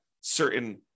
certain